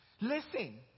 Listen